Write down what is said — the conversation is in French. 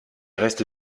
reste